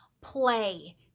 play